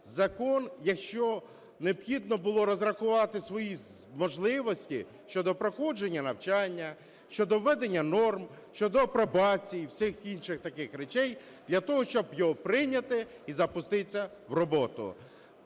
закон, якщо необхідно було розрахувати свої можливості щодо проходження навчання, щодо введення норм, щодо апробації, всіх інших таких речей, для того щоб його прийняти і запустить це в роботу?